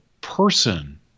person